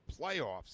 playoffs